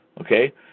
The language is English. okay